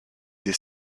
des